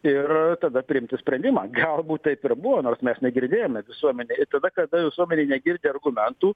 ir tada priimti sprendimą galbūt taip ir buvo nors mes negirdėjome visuomenėj ir tada kada visuomenė negirdi argumentų